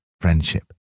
friendship